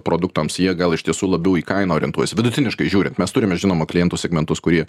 produktams jie gal iš tiesų labiau į kainą orientuojasi vidutiniškai žiūrint mes turim žinoma klientų segmentus kurie